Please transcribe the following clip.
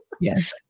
Yes